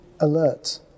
alert